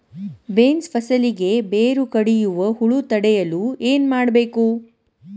Beans ಫಸಲಿಗೆ ಬೇರು ಕಡಿಯುವ ಹುಳು ತಡೆಯಲು ಏನು ಮಾಡಬೇಕು?